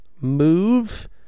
Move